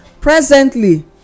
presently